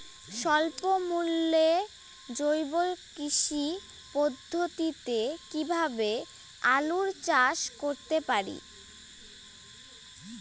স্বল্প মূল্যে জৈব কৃষি পদ্ধতিতে কীভাবে আলুর চাষ করতে পারি?